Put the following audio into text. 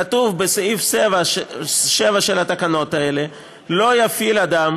כתוב בסעיף 7 של התקנות האלה: "לא יפעיל אדם